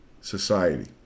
society